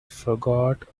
forgot